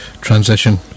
transition